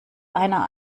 einer